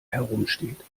herumsteht